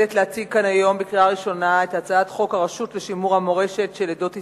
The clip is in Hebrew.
כאן היום בקריאה ראשונה את הצעת חוק הרשות לשימור המורשת של עדות ישראל,